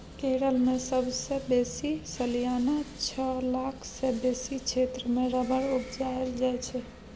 केरल मे सबसँ बेसी सलियाना छअ लाख सँ बेसी क्षेत्र मे रबर उपजाएल जाइ छै